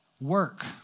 Work